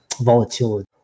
volatility